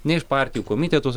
ne iš partijų į komitetus